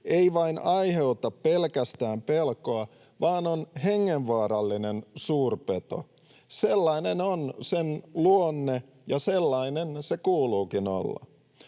pelkästään aiheuta pelkoa vaan on hengenvaarallinen suurpeto. Sellainen on sen luonne, ja sellainen sen kuuluukin olla.